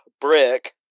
brick